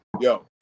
yo